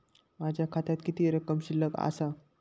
माझ्या खात्यात किती रक्कम शिल्लक आसा?